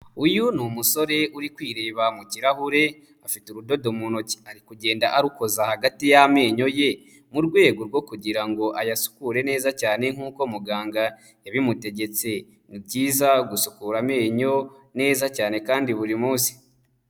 Uyu ni umusore uri kwiba mu kirahure afite urudodo mu ntoki ari kugenda arukoza hagati y'amenyo ye mu rwego rwo kugira ngo ayasukure neza cyane nk'uko muganga yabimutegetse. Ni byiza gusukura amenyo neza cyane kandi buri munsi.